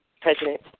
President